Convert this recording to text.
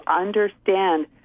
understand